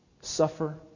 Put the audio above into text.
suffer